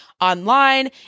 online